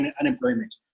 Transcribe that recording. unemployment